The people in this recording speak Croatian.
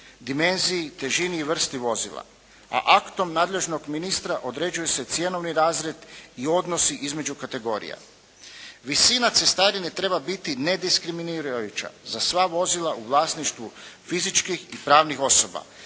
dimenziji, težini i vrsti vozila. A aktom nadležnom ministra određuje se cjenovni razred i odnosi između kategorija. Visina cestarine treba biti nediskriminirajuća za sva vozila u vlasništvu fizičkih i pravnih osoba.